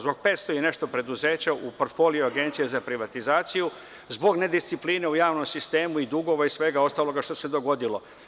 Zbog 500 i nešto preduzeća u portfoliju Agencije za privatizaciju, zbog nediscipline u javnom sistemu i dugova i svega ostalog što se dogodilo.